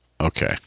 okay